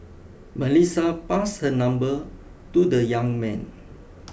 Melissa passed her number to the young man